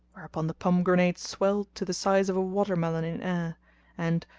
whereupon the pomegranate swelled to the size of a water melon in air and,